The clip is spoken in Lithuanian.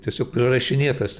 tiesiog prirašinėtas